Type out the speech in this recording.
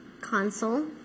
console